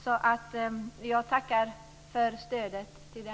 Så jag tackar för stödet.